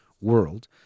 world